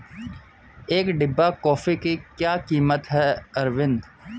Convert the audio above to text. एक डिब्बा कॉफी की क्या कीमत है अरविंद?